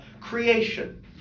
creation